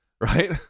right